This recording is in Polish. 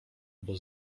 albo